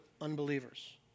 unbelievers